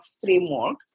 framework